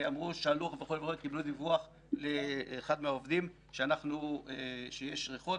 הם קיבלו דיווח מאחד העובדים שיש ריחות,